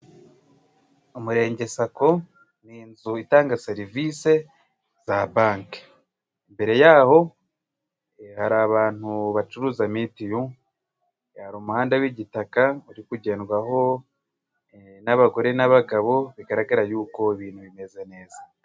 Umurenge sako ni inzu itanga serivisi za banki mbere yaho hari abantu bacuruza mituyu, hari umuhanda w'igitaka uri kugendwaho n'abagore n'abagabo bigaragara yuko ibintu bimeze neza.